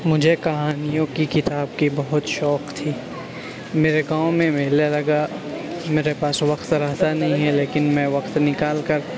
مجھے کہانیوں کی کتاب کے بہت شوق تھی میرے گاؤں میں میلہ لگا میرے پاس وقت رہتا نہیں ہے لیکن میں وقت نکال کر